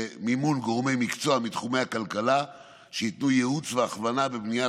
במימון גורמי מקצוע מתחומי הכלכלה שייתנו ייעוץ והכוונה בבניית